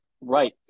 Right